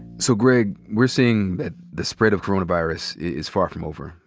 so greg, we're seeing that the spread of coronavirus is far from over.